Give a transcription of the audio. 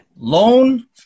Loan